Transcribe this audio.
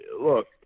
look